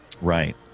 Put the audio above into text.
right